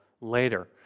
later